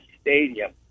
stadium